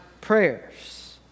prayers